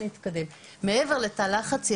מעבר לתא לחץ,